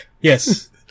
Yes